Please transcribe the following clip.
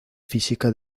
física